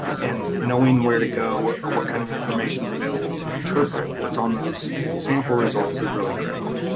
and knowing where to go or what kind of information's available to interpret what's on those sample results is really critical.